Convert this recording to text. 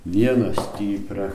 vieną stiprią